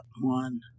One